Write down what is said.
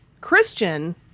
Christian